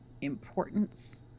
importance